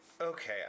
Okay